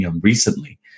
recently